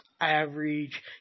average